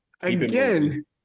again